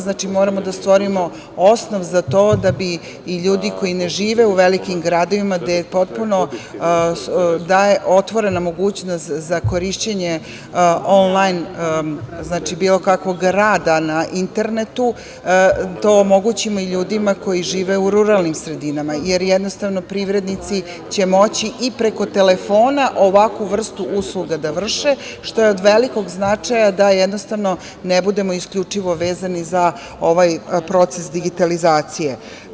Znači, moramo da stvorimo osnov za to da bi ljudi koji ne žive u velikim gradovima gde se potpuno daje otvorena mogućnost za korišćenje onlajn, bilo kakvog rada na internetu, to omogućimo i ljudima koji žive u ruralnim sredinama, jer jednostavno privrednici će moći i preko telefona ovakvu vrstu usluga da vrše što je od velikog značaja da jednostavno ne budemo isključivo vezani za ovaj proces digitalizacije.